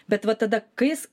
bet va tada kai jis